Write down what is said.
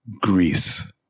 Greece